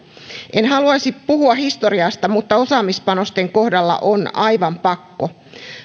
en haluaisi puhua historiasta mutta osaamispanosten kohdalla on aivan pakko